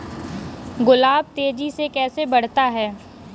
गुलाब तेजी से कैसे बढ़ता है?